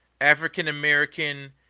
african-american